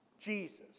Jesus